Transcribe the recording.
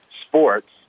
sports